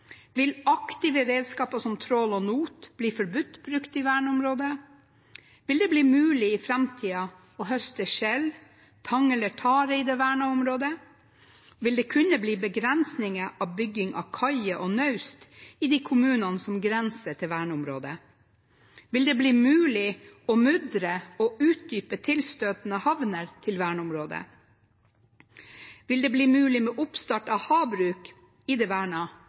Vil aktive redskaper som trål og not bli forbudt brukt i verneområdet? Vil det bli mulig i framtiden å høste skjell, tang eller tare i det vernede området? Vil det kunne bli begrensinger i bygging av kaier og naust i de kommunene som grenser til verneområdet? Vil det bli mulig å mudre og utdype havner tilstøtende verneområdet? Vil det bli mulig med oppstart av havbruk i det